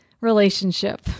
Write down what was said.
relationship